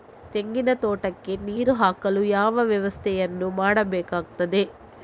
ತೆಂಗಿನ ತೋಟಕ್ಕೆ ನೀರು ಹಾಕಲು ಯಾವ ವ್ಯವಸ್ಥೆಯನ್ನು ಮಾಡಬೇಕಾಗ್ತದೆ?